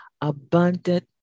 abundant